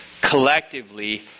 collectively